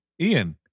ian